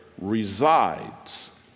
resides